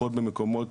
פחות במקומות,